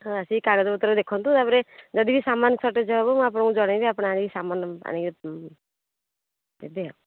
ହଁ ଆସିକି କାଗଜ ପତ୍ର ଦେଖନ୍ତୁ ତା'ପରେ ଯଦିବି ସାମାନ ସର୍ଟେଜ୍ ହେବ ମୁଁ ଆପଣଙ୍କୁ ଜଣାଇବି ଆପଣ ଆଣିକି ସାମାନ ଆଣିକି ଦେବେ ଆଉ